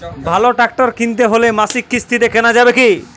ভালো ট্রাক্টর কিনতে হলে মাসিক কিস্তিতে কেনা যাবে কি?